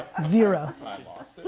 zero. i lost.